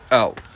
out